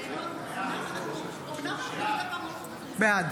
בעד